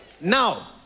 Now